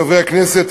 חברי הכנסת,